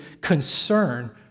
concern